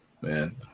Man